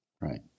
Right